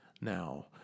Now